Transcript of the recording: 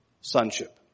sonship